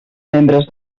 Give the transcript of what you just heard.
membres